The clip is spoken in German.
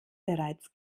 bereits